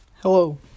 Hello